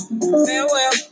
farewell